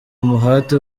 umuhate